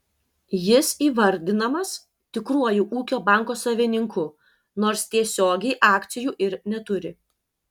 jis įvardinamas tikruoju ūkio banko savininku nors tiesiogiai akcijų ir neturi